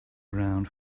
around